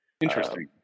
Interesting